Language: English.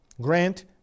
Grant